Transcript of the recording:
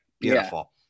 Beautiful